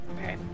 Okay